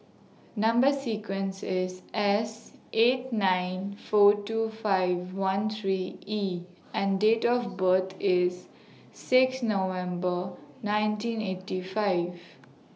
Number sequence IS S eight nine four two five one three E and Date of birth IS six November nineteen eighty five